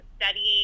studying